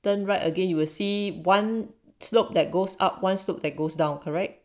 turn right again you will see one slope that goes up one slope that goes down correct